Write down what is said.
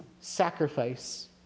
sacrifice